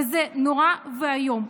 וזה נורא ואיום,